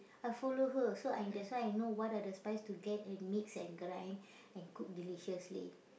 I follow her so I that's why I know what are the spice to get and mix and grind and cook deliciously